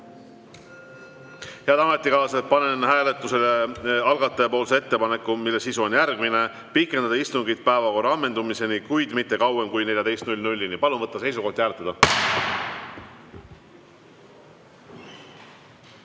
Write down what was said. Head ametikaaslased, panen hääletusele algataja ettepaneku, mille sisu on järgmine: pikendada istungit päevakorra ammendumiseni, kuid mitte kauem kui kella 14‑ni. Palun võtta seisukoht ja hääletada!